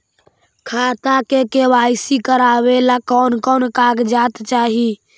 खाता के के.वाई.सी करावेला कौन कौन कागजात चाही?